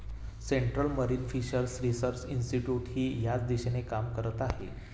central marine fishers research इन्स्टिट्यूटही याच दिशेने काम करत आहे